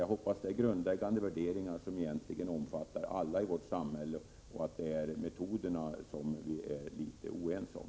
Jag hoppas att det är grundläggande värderingar som egentligen alla i vårt samhälle omfattar och att det är metoderna som vi är litet oense om.